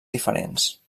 diferents